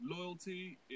loyalty